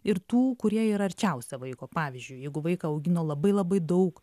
ir tų kurie yra arčiausia vaiko pavyzdžiui jeigu vaiką augino labai labai daug